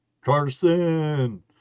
Carson